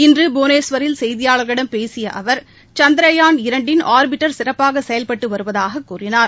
இன்று புவனேஸ்வரில் செய்தியாளர்களிடம் பேசிய அவர் சந்த்ரயாள் இரண்டின் ஆர்பிட்டர் சிறப்பாக செயல்பட்டு வருவதாகக் கூறினார்